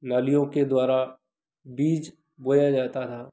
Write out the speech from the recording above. नालियों के द्वारा बीज बोया जाता रहा